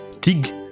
Tig